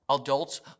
adults